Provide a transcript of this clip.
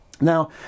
Now